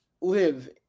live